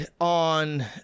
on